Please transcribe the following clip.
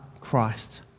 Christ